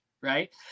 Right